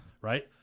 right